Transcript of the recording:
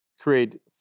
create